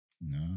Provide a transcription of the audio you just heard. No